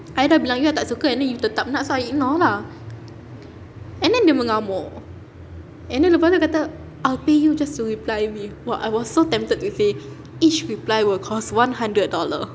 I dah bilang you I tak suka and then you tetap nak so I ignore lah and then dia mengamuk and then lepas tu dia kata I'll pay you just to reply me !wah! I was so tempted to say each reply will cost one hundred dollar